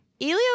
Elio